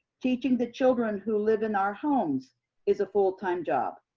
teaching the children who live in our homes is a full time job.